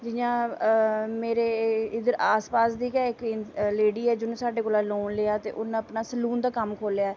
जि'यां मेरे आस पास दी गै इद्धर लेडी ऐ जि'नें साढ़े कोला दा लोन लेआ ते हून अपना स्लून दा कम्म खोह्ल्लेआ ऐ